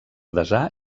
desar